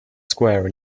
square